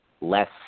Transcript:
less